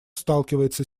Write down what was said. сталкивается